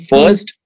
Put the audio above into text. First